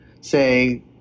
say